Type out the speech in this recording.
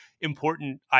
important